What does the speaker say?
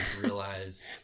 realize